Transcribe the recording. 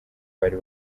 bari